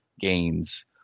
gains